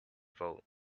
vote